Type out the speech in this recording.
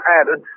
added